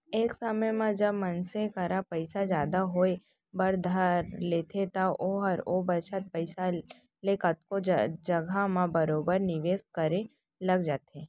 एक समे म जब मनसे करा पइसा जादा होय बर धर लेथे त ओहर ओ बचत पइसा ले कतको जघा म बरोबर निवेस करे लग जाथे